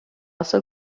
was